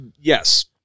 Yes